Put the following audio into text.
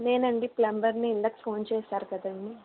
నేనండి ప్లంబర్ ని ఇందాక ఫోన్ చేసారు కదండి